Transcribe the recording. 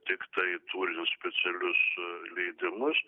tiktai turint specialius leidimus